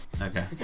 Okay